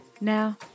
Now